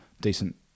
decent